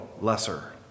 Lesser